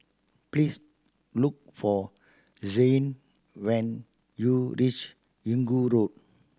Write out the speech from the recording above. please look for Zayne when you reach Inggu Road